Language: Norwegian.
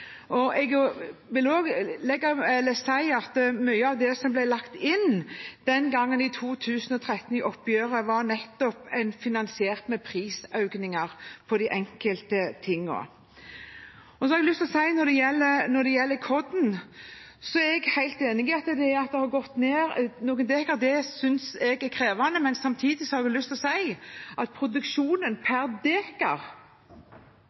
2013. Jeg vil også si at mye av det som ble lagt inn i oppgjøret den gangen i 2013, var finansiert med prisøkninger for de enkelte tingene. Når det gjelder korn, er jeg helt enig i at det har gått ned noen dekar. Det synes jeg er krevende, men samtidig er produksjonen per dekar så å si lik, altså høyere, og det betyr også noe for selvforsyning at vi faktisk klarer å øke produksjonen.